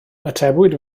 atebwyd